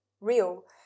real